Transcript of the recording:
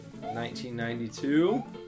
1992